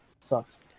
sucks